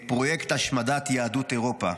את פרויקט השמדת יהדות אירופה.